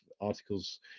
articles